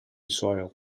soil